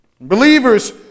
Believers